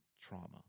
trauma